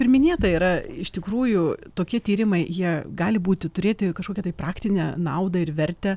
ir minėta yra iš tikrųjų tokie tyrimai jie gali būti turėti kažkokią praktinę naudą ir vertę